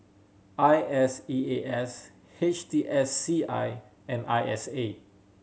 I S E A S H T S C I and I S A